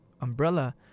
umbrella